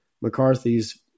McCarthy's